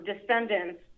descendants